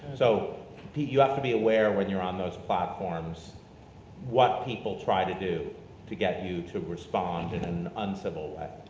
so you have to be aware when you're on those platforms what people try to do to get you to respond in an uncivil way.